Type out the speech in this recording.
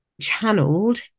channeled